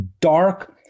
dark